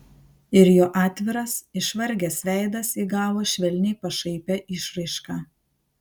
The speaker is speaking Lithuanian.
ir jo atviras išvargęs veidas įgavo švelniai pašaipią išraišką